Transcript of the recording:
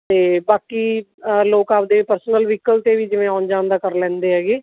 ਅਤੇ ਬਾਕੀ ਅ ਲੋਕ ਆਪਣੇ ਪਰਸਨਲ ਵੀਕਲ 'ਤੇ ਵੀ ਜਿਵੇਂ ਆਉਣ ਜਾਣ ਦਾ ਕਰ ਲੈਂਦੇ ਹੈਗੇ